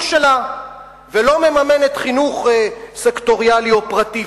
שלה ולא מממנת חינוך סקטוריאלי או פרטי.